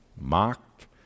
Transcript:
Mocked